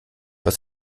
aus